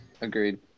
agreed